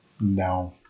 No